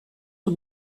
sur